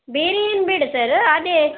ಬೇರೇನು ಬೇಡ ಸರ್ ಅದೇ